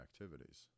activities